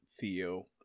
Theo